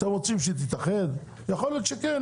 אתם רוצים שתתאחד יכול להיות שכן,